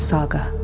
Saga